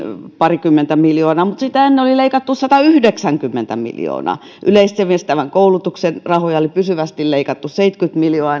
parikymmentä miljoonaa mutta sitä ennen oli leikattu satayhdeksänkymmentä miljoonaa yleissivistävän koulutuksen rahoja oli pysyvästi leikattu seitsemänkymmentä miljoonaa ja nyt